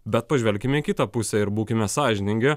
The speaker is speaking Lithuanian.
bet pažvelkime į kitą pusę ir būkime sąžiningi